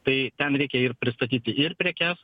tai ten reikia ir pristatyti ir prekes